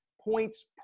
points